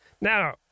Now